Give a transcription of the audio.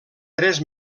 tres